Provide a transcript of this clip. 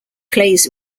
plays